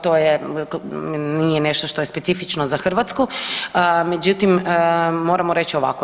To je, nije nešto što je specifično za Hrvatsku, međutim, moramo reći ovako.